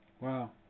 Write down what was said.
Wow